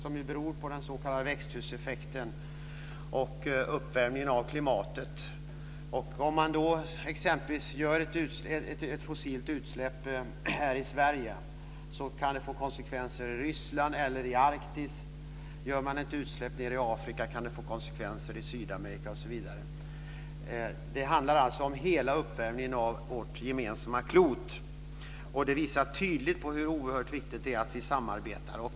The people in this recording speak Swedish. De beror på den s.k. växthuseffekten och uppvärmningen av klimatet. Om man exempelvis gör ett fossilt utsläpp här i Sverige kan det få konsekvenser i Ryssland eller i Arktis. Gör man ett utsläpp nere i Afrika kan det få konsekvenser i Sydamerika, osv. Det handlar alltså om hela uppvärmningen av vårt gemensamma klot. Det visar tydligt på hur oerhört viktigt det är att vi samarbetar.